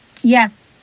yes